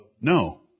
No